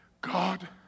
God